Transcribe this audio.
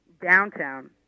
downtown